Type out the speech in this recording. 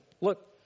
look